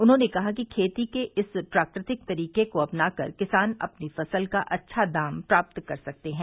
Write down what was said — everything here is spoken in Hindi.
उन्होंने कहा कि खेती के इस प्राकृतिक तरीके को अपना कर किसान अपनी फसल का अच्छा दाम प्राप्त कर सकते हैं